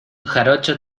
jarocho